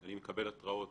אני מקבל התרעות